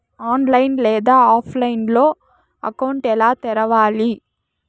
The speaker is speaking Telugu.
ఆన్లైన్ లేదా ఆఫ్లైన్లో అకౌంట్ ఎలా తెరవాలి